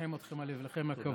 לנחם אתכם על אבלכם הכבד.